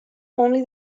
only